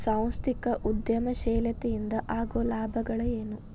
ಸಾಂಸ್ಥಿಕ ಉದ್ಯಮಶೇಲತೆ ಇಂದ ಆಗೋ ಲಾಭಗಳ ಏನು